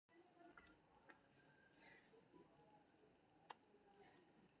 primary market आ secondary market नामक दू वर्ग मे शेयर बाजार कें बांटल जाइ छै